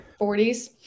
40s